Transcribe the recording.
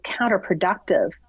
counterproductive